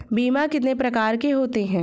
बीमा कितने प्रकार के होते हैं?